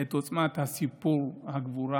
את עוצמת סיפור הגבורה